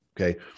Okay